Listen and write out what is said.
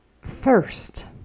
first